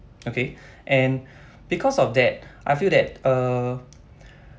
okay and because of that I feel that err